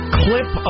clip